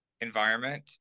environment